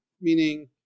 meaning